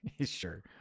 Sure